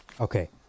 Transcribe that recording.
Okay